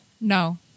No